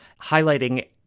highlighting